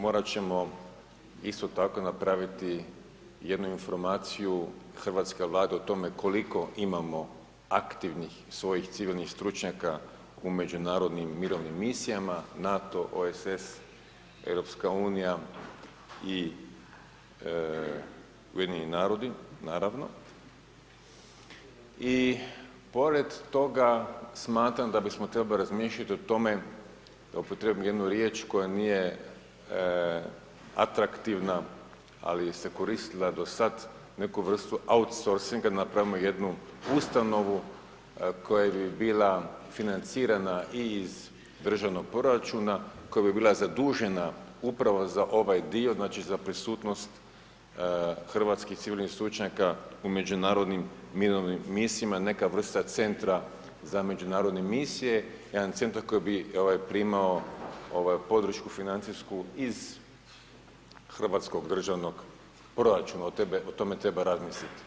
Morat ćemo isto tako napraviti jednu informaciju hrvatske Vlade o tome koliko imamo aktivnih svojih civilnih stručnjaka u Međunarodnim mirovnim misijama NATO, OESS, EU i UN, naravno, i pored toga, smatram da bismo trebali razmišljati o tome, da upotrijebim jednu riječ koja nije atraktivna, ali se koristila do sad, neku vrstu outsorsinga, napravimo jednu ustanovu koja bi bila financirana i iz državnog proračuna, koja bi bila zadužena upravo za ovaj dio, znači, za prisutnost hrvatskih civilnih stručnjaka u Međunarodnim mirovnim misijama, neka vrsta centra za Međunarodne misije, jedan centar koji bi primao podršku financijsku iz hrvatskog državnog proračuna, o tome treba razmisliti.